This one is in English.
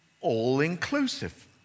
all-inclusive